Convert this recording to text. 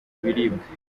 ibiribwa